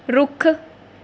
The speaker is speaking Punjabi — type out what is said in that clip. ਰੁੱਖ